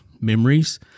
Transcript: memories